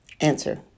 Answer